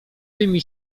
tymi